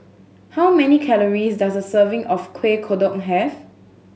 how many calories does a serving of Kueh Kodok have